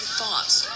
thoughts